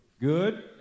Good